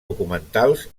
documentals